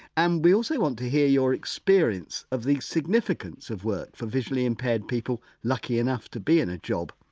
and we also want to hear your experience of the significance of work for visually-impaired people lucky enough to be in a job.